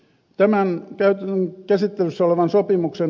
tämä käy ilmi käsittelyssä olevan sopimuksen